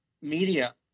media